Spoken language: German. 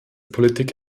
politik